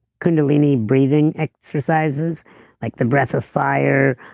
kundalini breathing exercises like the breath of fire